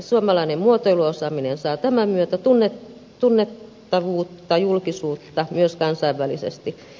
suomalainen muotoiluosaaminen saa tämän myötä tunnettavuutta julkisuutta myös kansainvälisesti